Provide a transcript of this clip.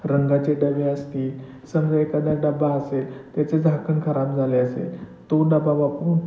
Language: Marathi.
रंगाचे डबे असतील समजा एखादा डबा असेल त्याचे झाकण खराब झाले असेल तो डबा वापरून